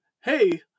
Hey